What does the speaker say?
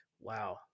wow